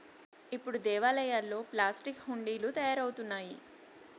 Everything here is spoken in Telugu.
ఇప్పుడు దేవాలయాల్లో ప్లాస్టిక్ హుండీలు తయారవుతున్నాయి